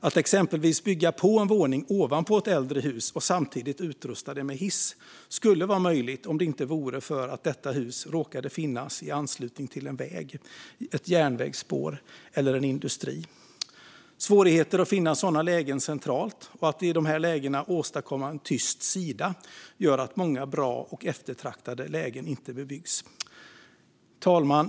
Att exempelvis bygga på en våning ovanpå ett äldre hus och samtidigt utrusta det med hiss skulle vara möjligt om det inte vore för att detta hus råkade finnas i anslutning till en väg, ett järnvägsspår eller en industri. Svårigheter att finna sådana lägen centralt och att i dessa lägen åstadkomma en tyst sida gör att många bra och eftertraktade lägen inte bebyggs. Fru talman!